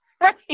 Right